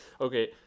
Okay